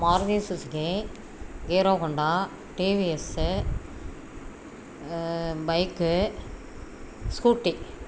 Maruti Suzuki Hero Honda TVS bike scooty